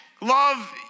love